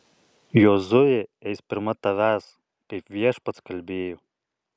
jozuė eis pirma tavęs kaip viešpats kalbėjo